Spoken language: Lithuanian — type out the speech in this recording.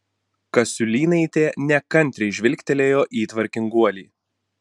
kasiulynaitė nekantriai žvilgtelėjo į tvarkinguolį